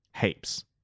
heaps